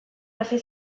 hasi